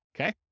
Okay